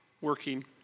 working